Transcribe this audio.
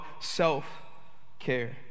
self-care